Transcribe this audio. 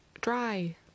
Dry